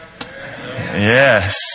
Yes